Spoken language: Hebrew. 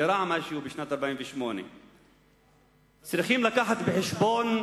אירע משהו בשנת 48'. רציתם להשמיד אותנו.